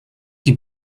die